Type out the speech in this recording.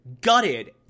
gutted